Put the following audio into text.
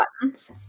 Buttons